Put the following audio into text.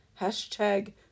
Hashtag